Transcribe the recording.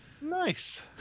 Nice